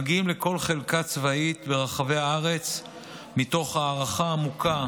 ומגיעים לכל חלקה צבאית ברחבי הארץ מתוך הערכה עמוקה